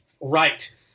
Right